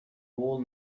wall